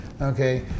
Okay